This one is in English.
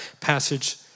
passage